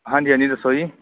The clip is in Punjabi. ਹਾਂਜੀ ਹਾਂਜੀ ਦੱਸੋ ਜੀ